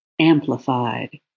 amplified